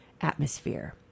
atmosphere